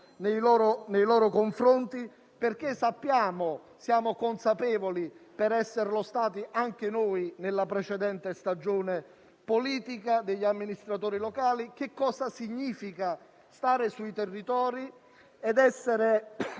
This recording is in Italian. nei loro confronti. Sappiamo infatti - e ne siamo consapevoli per essere stati anche noi nella precedente stagione politica amministratori locali - cosa significa stare sui territori ed essere